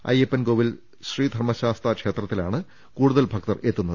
അയ്യപ്പൻകോവിൽ ശ്രീധർമ്മ ശാസ്താ ്ക്ഷേത്രത്തിലാണ് കൂടുതൽ ഭക്തരെത്തുന്നത്